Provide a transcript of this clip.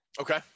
Okay